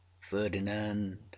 ferdinand